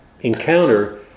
encounter